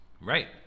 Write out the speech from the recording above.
Right